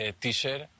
T-shirt